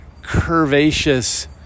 curvaceous